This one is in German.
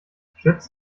schützt